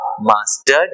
mastered